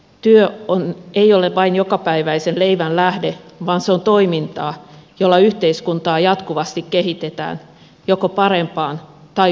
työ ei ole vain jokapäiväisen leivän lähde vaan se on toimintaa jolla yhteiskuntaa jatkuvasti kehitetään joko parempaan tai huonompaan suuntaan